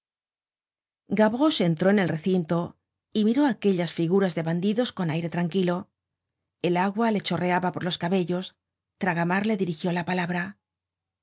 gavroche entró en el recinto y miró aquellas figuras de bandidos con aire tranquilo el agua le chorreaba por los cabellos tragamar le dirigió la palabra